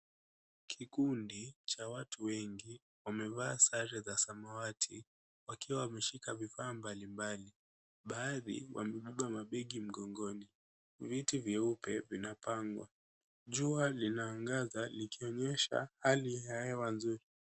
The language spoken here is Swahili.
Kikundi cha watu wengi wamevaa sare za samawati wakiwa wameshika vifaa mbalimbali. Baadhi wamebeba mabegi mgongoni. Viti vyeupe vinapangwa . Jua linaangaza lilionyesha hali ya hewa nzuri.